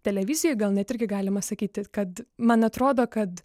televizijoj gal net irgi galima sakyti kad man atrodo kad